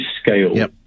scale